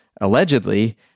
allegedly